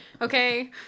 Okay